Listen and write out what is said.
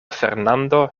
fernando